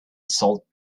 salt